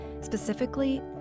specifically